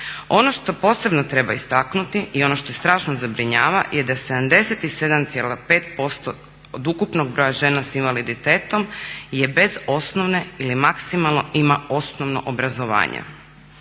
Ono što posebno treba istaknuti i ono što strašno zabrinjava je da 77,5% od ukupnog broja žena sa invaliditetom je bez osnovne ili maksimalno ima osnovno obrazovanje